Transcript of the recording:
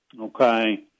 Okay